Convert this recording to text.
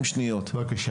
אני רוצה לבקש